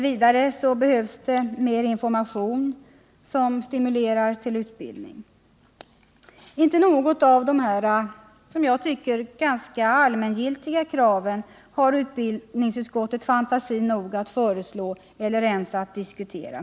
Vidare behövs det mer information som stimulerar till utbild Inte något av dessa som jag tycker ganska allmängiltiga krav har utskottet fantasi nog att föreslå eller ens diskutera.